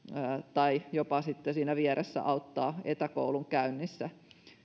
tai jopa sitten siinä vieressä auttaa etäkoulun käynnissä